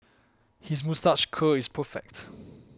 his moustache curl is perfect